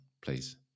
please